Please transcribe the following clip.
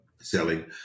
selling